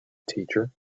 teacher